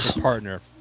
partner